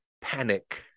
panic